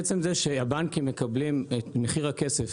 עצם זה שהבנקים מקבלים את מחיר הכסף